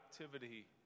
activity